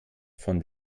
von